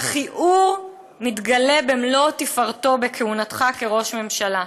והכיעור מתגלה במלוא תפארתו בכהונתך כראש ממשלה.